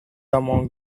among